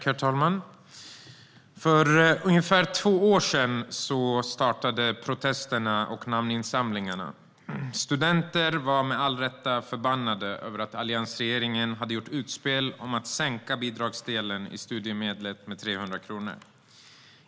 Herr talman! För ungefär två år sedan startade protesterna och namninsamlingarna. Studenter var med all rätta förbannade över alliansregeringens utspel om att sänka bidragsdelen i studiemedlet med 300 kronor.